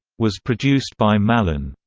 was produced by mallon.